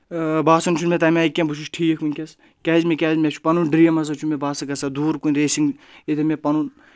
باسان چھُ مےٚ تَمہِ آیہِ کیٚنٛہہ بہٕ چھُس ٹھیٖکھ وٕنکیٚس کیازِ مےٚ کیازِ مےٚ چھُ پَنُن ڈرٛیٖم ہَسا چھُ مےٚ بہٕ سا گژھہ دوٗر کُنہِ ریسِنٛگ ییٚتٮ۪ن بہٕ پَنُن